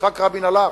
שיצחק רבין הלך,